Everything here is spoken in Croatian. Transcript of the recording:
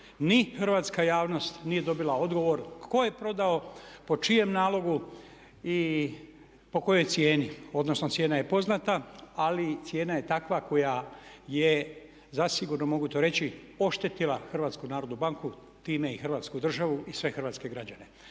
ni hrvatska javnost nije dobila odgovor tko je prodao, po čijem nalogu i po kojoj cijeni. Odnosno cijena je poznata ali cijena je takva koja je zasigurno mogu to reći oštetila HNB time i hrvatsku državu i sve hrvatske države.